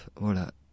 Voilà